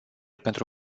pentru